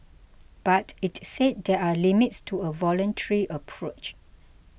but it said there are limits to a voluntary approach